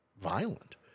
violent